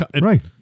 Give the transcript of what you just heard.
Right